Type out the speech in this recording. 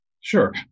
Sure